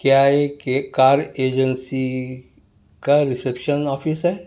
کیا یہ کے کار ایجنسی کا ریسپشن آفس ہے